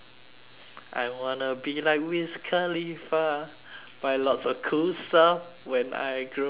I wanna be like wiz khalifa buy lots of cool stuff when I grow up